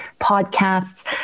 podcasts